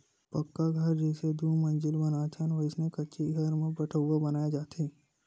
पक्का घर जइसे दू मजिला बनाथन वइसने कच्ची घर म पठउहाँ बनाय जाथे